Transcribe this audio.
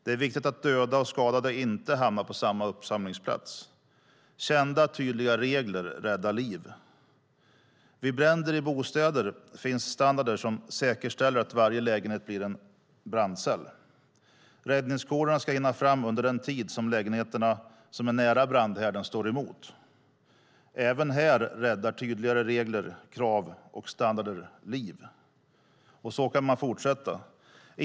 Det är viktigt att döda och skadade inte hamnar på samma uppsamlingsplats. Kända, tydliga regler räddar liv. Vid bränder i bostäder finns standarder som säkerställer att varje lägenhet blir en brandcell. Räddningskårerna ska hinna fram under den tid som de lägenheter som ligger nära brandhärden står emot. Även här räddar tydligare regler, krav och standarder liv. Så kan man fortsätta.